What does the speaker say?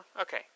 okay